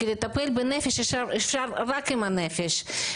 לטפל בנפש אפשר רק עם הנפש.